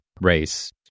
race